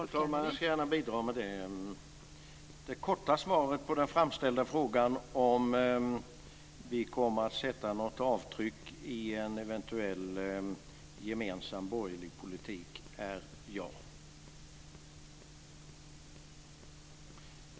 Fru talman! Jag ska gärna bidra med det. Det korta svaret på den framställda frågan om vi kommer att sätta något avtryck i en eventuell gemensam borgerlig politik är Ja.